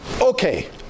Okay